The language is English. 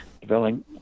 developing